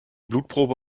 blutprobe